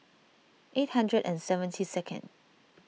eight hundred and seventy second